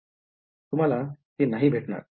तुम्हाला ते नाही भेटणार बरोबर